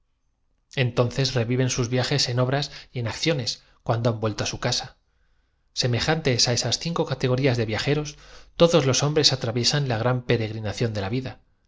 entonces reviven sas viajes en obras y en ac clones cuando han vuelto á su casa semejantes á esas cinco categorías de viajeros todos loa hombres atraviesan la gran peregrinación de la vida